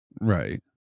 right